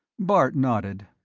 bart nodded.